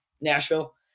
Nashville